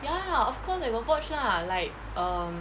ya of course I got watch lah like um